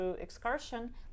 excursion